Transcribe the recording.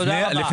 תודה רבה.